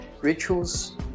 rituals